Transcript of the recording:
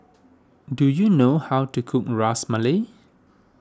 do you know how to cook Ras Malai